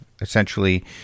essentially